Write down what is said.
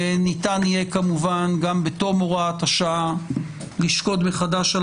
ניתן יהיה כמובן גם בתום הוראת השעה לשקוד מחדש על